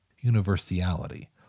universality